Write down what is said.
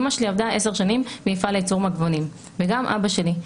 אימא שלי עבדה עשר שנים במפעל לייצור מגבונים וגם אבא שלי.